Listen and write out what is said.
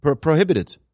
prohibited